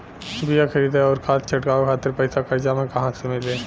बीया खरीदे आउर खाद छिटवावे खातिर पईसा कर्जा मे कहाँसे मिली?